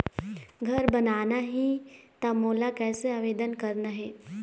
घर बनाना ही त मोला कैसे आवेदन करना हे?